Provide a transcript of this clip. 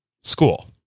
school